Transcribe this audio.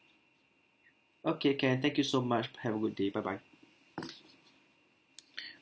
okay can thank you so much have a good day bye bye